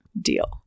deal